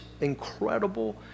incredible